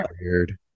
weird